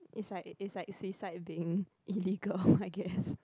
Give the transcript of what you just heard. is like is like seaside being illegal I guess